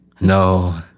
No